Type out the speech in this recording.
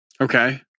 okay